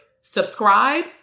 subscribe